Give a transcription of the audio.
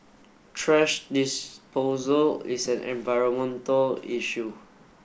thrash disposal is an environmental issue